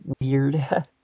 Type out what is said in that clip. weird